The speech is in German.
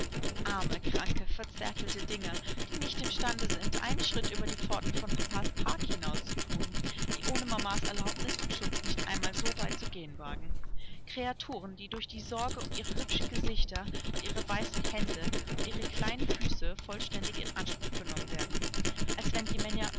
arme kranke verzärtelte dinger die nicht imstande sind einen schritt über die pforten von papas park hinauszuthun die ohne mamas erlaubnis und schutz nicht einmal so weit zu gehen wagen kreaturen die durch die sorge um ihre hübschen gesichter und ihre weißen hände und ihre kleinen füße vollständig in anspruch genommen werden als wenn die männer